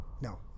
No